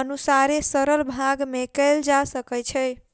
अनुसारे सरल भाग में कयल जा सकै छै